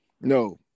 no